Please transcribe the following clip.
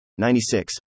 96